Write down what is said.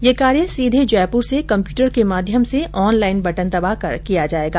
ये कार्य सीधे जयपुर से कम्प्यूटर के माध्यम से ऑनलाईन बटन दबाकर किया जाएगा